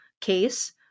case